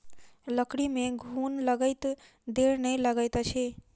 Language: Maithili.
लकड़ी में घुन लगैत देर नै लगैत अछि